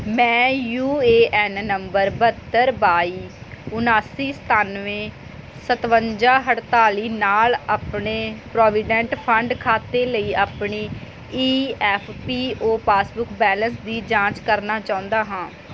ਮੈਂ U A N ਨੰਬਰ ਬਹੱਤਰ ਬਾਈ ਉਨਾਸੀ ਸਤਾਨਵੇਂ ਸਤਵੰਜਾ ਅਠਤਾਲੀ ਨਾਲ ਆਪਣੇ ਪ੍ਰੋਵੀਡੈਂਟ ਫੰਡ ਖਾਤੇ ਲਈ ਆਪਣੀ E F P O passbook balance ਦੀ ਜਾਂਚ ਕਰਨਾ ਚਾਹੁੰਦਾ ਹਾਂ